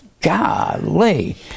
golly